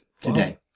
today